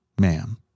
ma'am